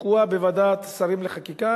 תקועה בוועדת שרים לחקיקה,